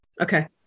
Okay